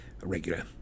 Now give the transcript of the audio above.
regular